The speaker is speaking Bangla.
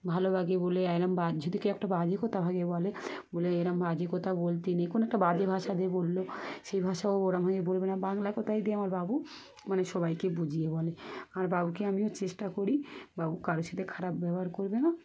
ভালোভাবে বলে এরম যদি কেউ একটা বাজে কথা বলে এরম বাজে কথা বলতে নেই কোনো একটা বাজে ভাষা দিয়ে বললো সেই ভাষাও ওরমভাবে বলবে না বাংলা কথাই দিয়ে আমার বাবু মানে সবাইকে বুঝিয়ে বলে আর বাবুকে আমিও চেষ্টা করি বাবু কারোর সাথে খারাপ ব্যবহার করবে না